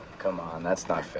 come on, that's not